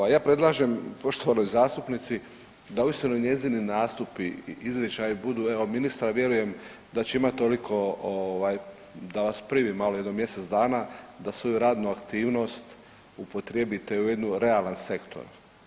Ovaj, ja predlažem poštovanoj zastupnici da uistinu njezini nastupi i izričaji budu, evo ministar vjerujem da će imat toliko ovaj da vas primi malo jedno mjesec dana da svoju radnu aktivnost upotrijebite u jedan realan sektor.